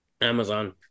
Amazon